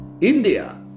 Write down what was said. INDIA